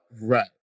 right